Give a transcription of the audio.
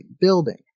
building